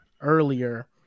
earlier